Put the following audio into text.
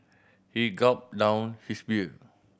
he gulped down his beer